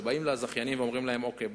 שבאים לזכיינים ואומרים להם: אוקיי,